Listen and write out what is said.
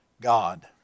God